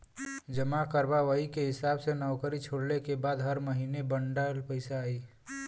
जमा करबा वही के हिसाब से नउकरी छोड़ले के बाद हर महीने बंडल पइसा आई